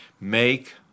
make